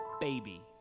baby